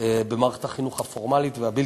במערכת החינוך הפורמלית והבלתי-פורמלית,